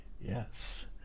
Yes